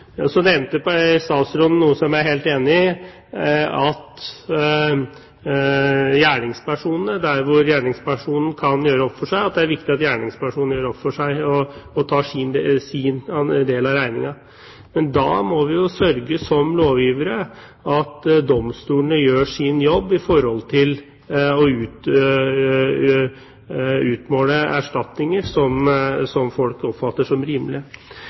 behovet. Så nevnte statsråden noe som jeg er helt enig i, at der gjerningspersonene kan gjøre opp for seg, er det viktig at de gjør det og tar sin del av regningen. Men da må vi som lovgivere sørge for at domstolene gjør sin jobb når det gjelder å utmåle erstatninger som folk oppfatter som rimelige.